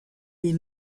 des